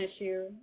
issue